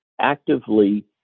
actively